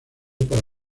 para